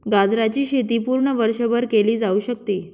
गाजराची शेती पूर्ण वर्षभर केली जाऊ शकते